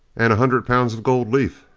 and a hundred pounds of gold leaf,